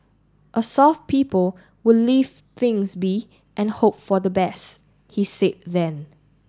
a soft people would leave things be and hope for the best he said then